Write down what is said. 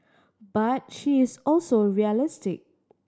but she is also realistic